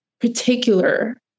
particular